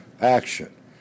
action